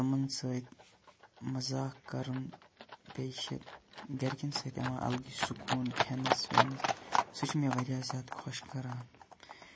یِمن سۭتۍ مَذاق کَرُن بیٚیہِ چھِ گَرٕکیٚن سۭتۍ یِوان اَلگٕے سوٚکوٗن کھیٚنَس ویٚنَس سُہ چھُ مےٚ واریاہ زیادٕ خۄش کَران